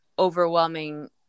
overwhelming